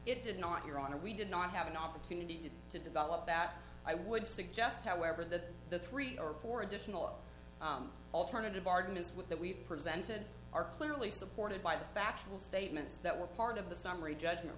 it did not your honor we did not have an opportunity to develop that i would suggest however that the three or four additional alternative arguments with that we've presented are clearly supported by the factual statements that were part of the summary judgment